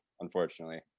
Unfortunately